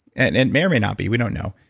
and it may or may not be. we don't know.